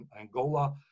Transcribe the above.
Angola